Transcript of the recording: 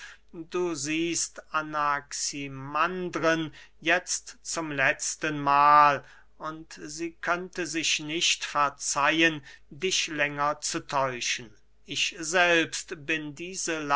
du siehst anaximandren jetzt zum letzten mahl und sie könnte sich nicht verzeihen dich länger zu täuschen ich selbst bin diese